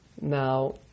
Now